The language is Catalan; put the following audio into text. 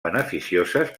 beneficioses